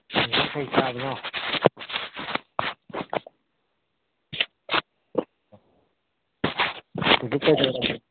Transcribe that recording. ꯍꯧꯖꯤꯛ ꯀꯩ ꯆꯥꯕꯅꯣ ꯍꯧꯖꯤꯛ ꯀꯩꯗꯧꯔꯒꯦ